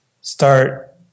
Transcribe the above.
start